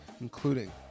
including